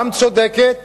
גם צודקת